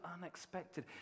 unexpected